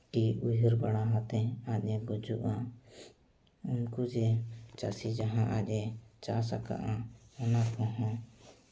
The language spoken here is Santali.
ᱜᱮ ᱩᱭᱦᱟᱹᱨ ᱵᱟᱲᱟ ᱠᱟᱛᱮᱫ ᱟᱡᱼᱮ ᱜᱩᱡᱩᱜᱼᱟ ᱩᱱᱠᱩ ᱡᱮ ᱪᱟᱹᱥᱤ ᱡᱟᱦᱟᱸᱭ ᱟᱡᱼᱮ ᱪᱟᱥ ᱟᱠᱟᱫᱼᱟ ᱚᱱᱟ ᱠᱚᱦᱚᱸ